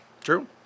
True